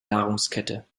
nahrungskette